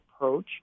approach